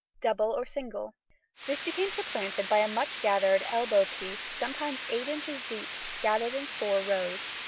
double or single this became supplanted by a much-gathered elbow-piece, sometimes eight inches deep, gathered in four rows.